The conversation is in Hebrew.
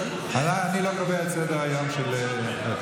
אני לא קובע את סדר-היום של העתיד.